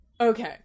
Okay